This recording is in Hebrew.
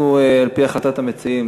אנחנו, על-פי בקשת המציעים,